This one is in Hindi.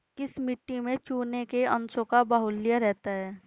किस मिट्टी में चूने के अंशों का बाहुल्य रहता है?